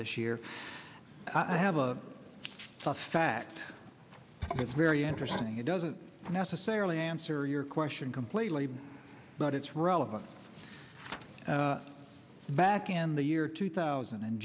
this year i have a fact it's very interesting it doesn't necessarily answer your question completely but it's relevant back in the year two thousand